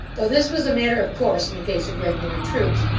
though this was a matter of course in the case of regular troops,